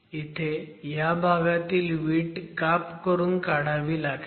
इथे ह्या भागातील वीट काप करून काढावी लागते